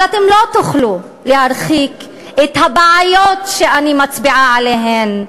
אבל אתם לא תוכלו להרחיק את הבעיות שאני מצביעה עליהן,